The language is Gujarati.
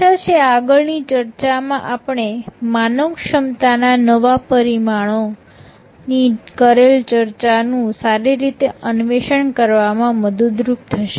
આશા છે આગળ ની ચર્ચા માં આપણને માનવ ક્ષમતા ના નવા પરિમાણો ની કરેલ ચર્ચાનું સારી રીતે અન્વેષણ કરવામાં મદદરૂપ થશે